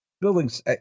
buildings